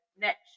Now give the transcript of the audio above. next